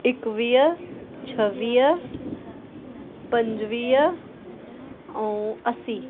एकवीह छवीह पंजुवीह ऐं असी